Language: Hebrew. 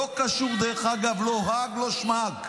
לא קשור, דרך אגב, לא האג, לא שמאג.